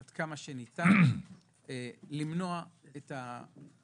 עד כמה שניתן כדי למנוע את ההרוגים,